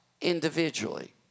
individually